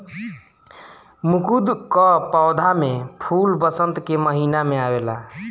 कुमुद कअ पौधा में फूल वसंत के महिना में आवेला